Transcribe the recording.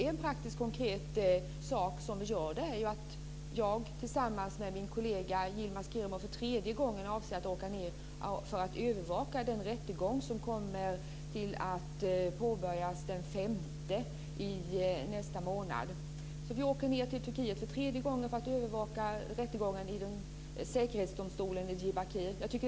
En konkret sak är att jag, tillsammans med min kollega Yilmaz Kerimo, avser att åka ned för att övervaka den rättegång som kommer att påbörjas den femte i nästa månad. Vi åker ned till Turkiet för tredje gången för att övervaka rättegången i säkerhetsdomstolen i Diyarbakir.